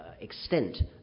extent